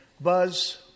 Buzz